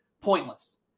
pointless